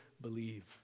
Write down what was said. believe